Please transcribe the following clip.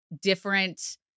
different